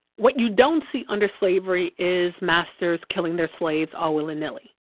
what you don't see under slavery is masters killing their slaves all willy-nilly.